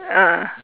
ah